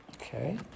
Okay